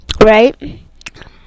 right